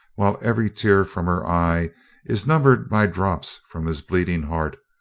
while every tear from her eye is numbered by drops from his bleeding heart,